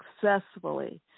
successfully